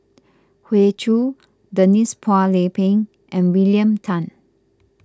Hoey Choo Denise Phua Lay Peng and William Tan